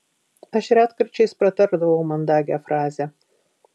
aš retkarčiais pratardavau mandagią frazę